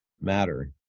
matter